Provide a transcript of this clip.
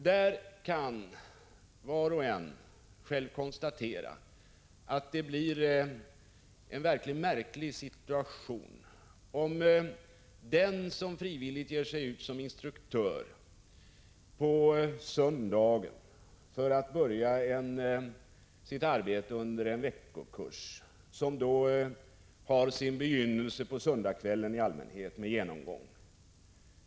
Där kan var och en själv konstatera att det blir en mycket märklig situation om en instruktör frivilligt ger sig ut på söndagen för att börja sitt arbete under en veckokurs, som i allmänhet har sin begynnelse på söndagkvällen med genomgång.